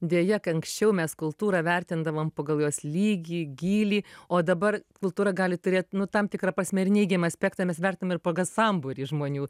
deja kai anksčiau mes kultūrą vertindavom pagal jos lygį gylį o dabar kultūra gali turėt nu tam tikra prasme ir neigiamą aspektą mes vertinam ir pagal sambūrį žmonių